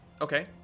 Okay